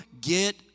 get